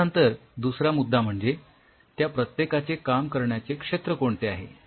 यांनतर दुसरा म्हणजे त्या प्रत्येकाचे काम करण्याचे क्षेत्र कोणते आहे